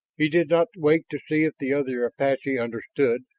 he did not wait to see if the other apache understood.